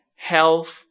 health